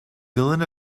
dylan